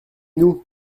nous